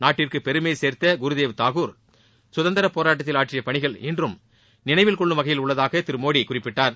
நாட்டிற்கு பெருமை சேர்த்த குருதேவ் தாகூர் குதந்திரப் போராட்டத்தில் ஆற்றிய பணிகள் இன்றும் நினைவுகொள்ளும் வகையில் உள்ளதாக திரு மோடி குறிப்பிட்டார்